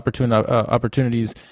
opportunities